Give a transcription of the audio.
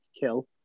kill